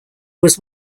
was